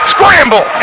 Scramble